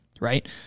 Right